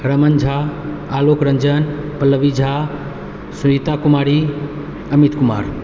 Raman Jha Alok Ranjan Pallavi Jha Sarita Kumari Amit Kumar